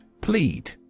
Plead